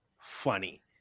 funny